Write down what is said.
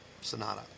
sonata